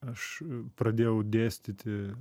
aš pradėjau dėstyti